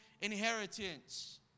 inheritance